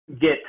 get